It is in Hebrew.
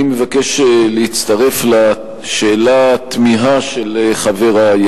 אני מבקש להצטרף לשאלה-תמיהה של חברי.